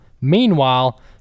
meanwhile